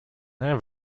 have